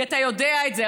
כי אתה יודע את זה,